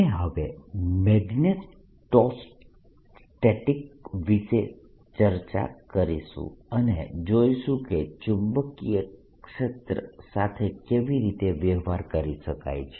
આપણે હવે મેગ્નેટોસ્ટેટિક્સ વિશે ચર્ચા કરીશું અને જોઈશું કે ચુંબકીય ક્ષેત્ર સાથે કેવી રીતે વ્યવહાર કરી શકાય છે